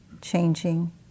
changing